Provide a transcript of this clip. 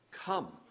Come